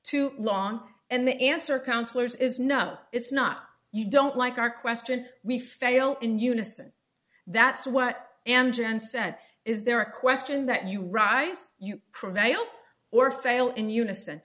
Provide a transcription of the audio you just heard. too long and the answer counselors is no it's not you don't like our question we fail in unison that's what and jan said is there a question that you rise you prevail or fail in unison